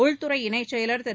உள்துறை இணைச் செயலர் திரு